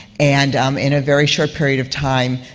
and um in a very short period of time,